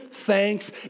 thanks